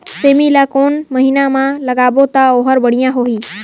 सेमी ला कोन महीना मा लगाबो ता ओहार बढ़िया होही?